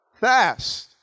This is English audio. Fast